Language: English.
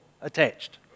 attached